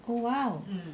oh !wow!